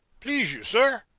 please you, sir,